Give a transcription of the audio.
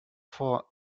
for